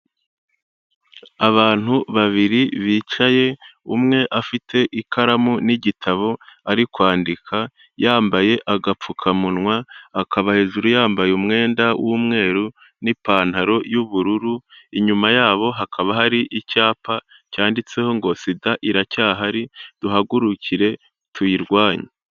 Abantu babiri bicaye, umwe afite ikaramu n'igitabo ari kwandika yambaye agapfukamunwa, akaba hejuru yambaye umwenda w'umweru n'ipantaro y'ubururu, inyuma yabo hakaba hari icyapa cyanditseho ngo "Sida iracyahari duhagurukire tuyirwanye".